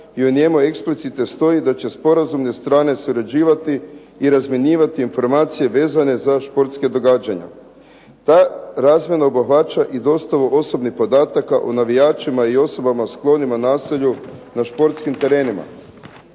i u njemu explicite stoji da će sporazumne strane surađivati i razmjenjivati informacije vezane za športska događanja. Ta razmjena obuhvaća i dostavu osobnih podataka o navijačima i osobama sklonim nasilju na športskim terenima.